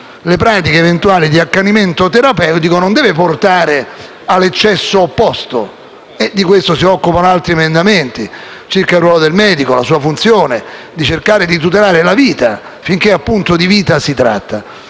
le pratiche eventuali di accanimento terapeutico non deve portare all'eccesso opposto. Di questo si occupano altri emendamenti circa il ruolo del medico e la sua funzione di tutela della vita, finché di vita si tratta.